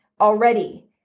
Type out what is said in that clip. already